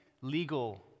legal